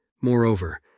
moreover